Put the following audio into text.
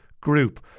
group